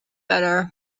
better